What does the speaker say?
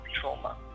trauma